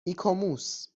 ایکوموس